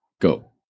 go